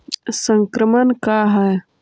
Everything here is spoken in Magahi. संक्रमण का है?